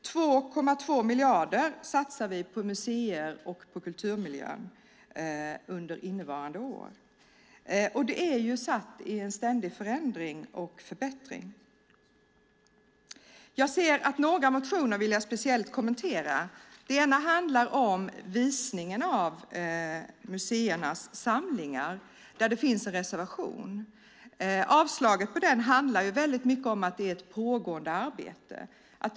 2,2 miljarder satsar vi på museer och kulturmiljö under innevarande år - ett område satt i ständig förändring och förbättring. Några motioner vill jag speciellt kommentera. En motion handlar om visning av museernas samlingar. Om detta finns det också en reservation. Avslagsyrkandet handlar mycket om att ett arbete pågår.